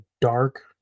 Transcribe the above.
dark